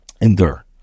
endure